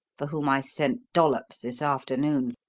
for whom i sent dollops this afternoon.